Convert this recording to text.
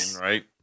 right